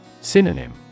Synonym